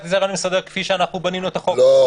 הצגתי את הרעיון המסדר כפי שאנחנו בנינו את החוק --- לא.